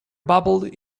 babbled